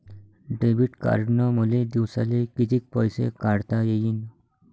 Debit कार्डनं मले दिवसाले कितीक पैसे काढता येईन?